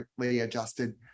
adjusted